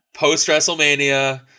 post-wrestlemania